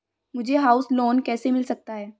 मुझे house loan कैसे मिल सकता है?